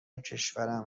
کشورم